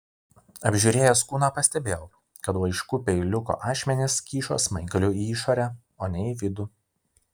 apžiūrėjęs kūną pastebėjau kad laiškų peiliuko ašmenys kyšo smaigaliu į išorę o ne į vidų